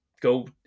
go